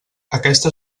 aquesta